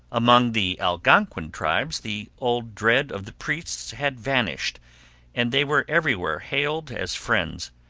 among the algonquin tribes the old dread of the priests had vanished and they were everywhere hailed as friends.